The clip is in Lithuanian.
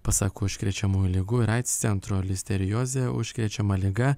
pasak užkrečiamųjų ligų ir aids centro listeriozė užkrečiama liga